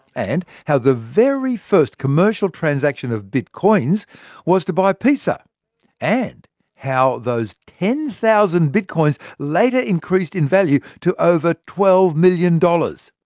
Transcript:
and how the very first commercial transaction of bitcoins was to buy pizza and how those ten thousand bitcoins later increased in value to over us twelve million dollars.